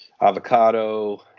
avocado